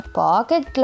pocket